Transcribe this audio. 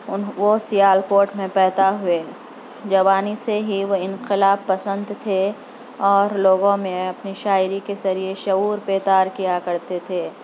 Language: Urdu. وہ سیالکوٹ میں پیدا ہوئے جوانی سے ہی وہ انقلاب پسند تھے اور لوگوں میں اپنی شاعری کے ذریعہ شعور بیدار کیا کرتے تھے